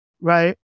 right